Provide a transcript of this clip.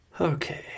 Okay